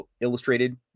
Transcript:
illustrated